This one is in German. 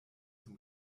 zum